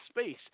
space